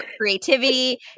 creativity